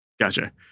gotcha